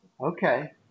Okay